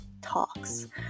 talks